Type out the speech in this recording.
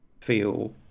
feel